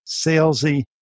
salesy